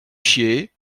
chier